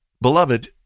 Beloved